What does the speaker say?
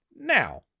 Now